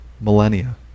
millennia